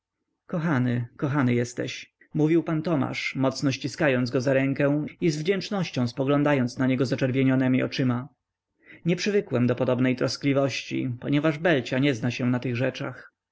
kochany kochany jesteś mówił pan tomasz mocno ściskając go za rękę i z wdzięcznością spoglądając na niego zaczerwienionemi oczyma nie przywykłem do podobnej troskliwości ponieważ belcia nie zna się na tych rzeczach